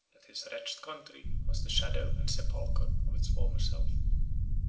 that his wretched country was the shadow and sepulchre of its former self.